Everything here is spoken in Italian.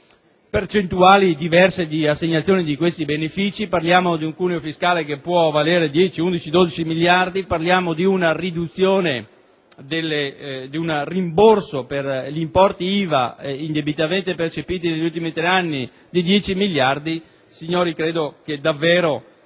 percentuali diverse di assegnazione di benefìci. Parliamo di un cuneo fiscale che può valere 10, 11 o 12 miliardi di euro; parliamo di una riduzione, di un rimborso di importi IVA indebitamente percepiti negli ultimi tre anni di 10 miliardi di euro. Signori, penso che davvero,